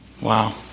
Wow